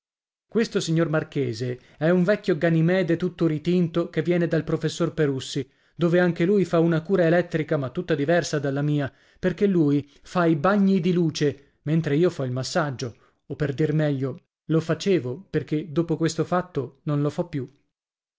questo signor marchese è un vecchio ganimede tutto ritinto che viene dal professor perussi dove anche lui fa una cura elettrica ma tutta diversa dalla mia perché lui fa i bagni di luce mentre io fo il massaggio o per dir meglio lo facevo perché dopo questo fatto non lo fo più